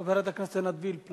חברת הכנסת עינת וילף,